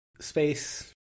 space